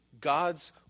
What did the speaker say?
God's